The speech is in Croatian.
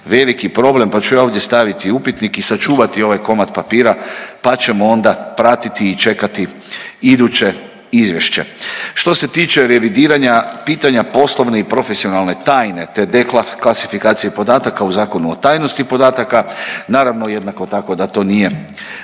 veliki problem pa ću ja ovdje staviti upitnik i sačuvati ovaj komad papira pa ćemo onda pratiti i čekati iduće izvješće. Što se tiče revidiranja pitanja poslovne i profesionalne tajne te deklasifikacije podataka u Zakonu o tajnosti podataka naravno jednako tako da to nije